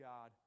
God